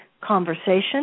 conversation